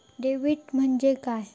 Debit म्हणजे काय?